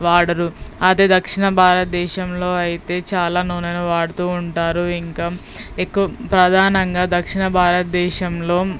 వాడరు అదే దక్షిణ భారత దేశంలో అయితే చాలా నూనెను వాడుతూ ఉంటారు ఇంకా ఎక్కువ ప్రధానంగా దక్షణ భారత దేశంలో